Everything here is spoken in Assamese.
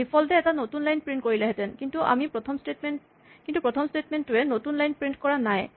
ডিফল্ট এ এটা নতুন লাইন প্ৰিন্ট কৰিলেহেঁতেন কিন্তু প্ৰথম স্টেটমেন্ট টোৱে নতুন লাইন প্ৰিন্ট কৰা নাই